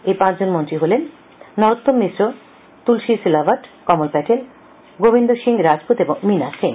এই পাঁচজন মন্ত্রী হলেন নরোত্তম মিশ্র তুলসী সিলাবট কমল প্যাটেল গোবিন্দ সিং রাজপুত ও মিনা সিং